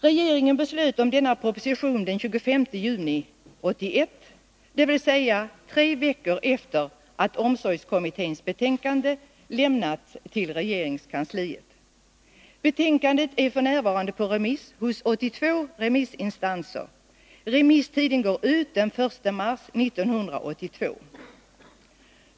Regeringen beslöt om denna proposition den 25 juni 1981, dvs. tre veckor efter det att omsorgskommitténs betänkande hade lämnats till regeringskansliet. Betänkandet är f. n. på remiss hos 82 remissinstanser. Remisstiden går ut den 1 mars 1982.